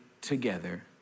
together